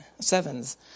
Sevens